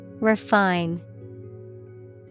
Refine